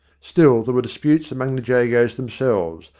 still, there were disputes among the jagos themselves,